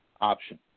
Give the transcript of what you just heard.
option